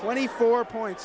twenty four points